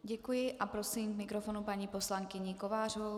Děkuji a prosím k mikrofonu paní poslankyni Kovářovou.